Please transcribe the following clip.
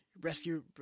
rescue